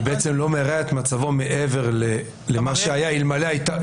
אני בעצם לא מרע את החוק מעבר למה שהיה קודם.